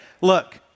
look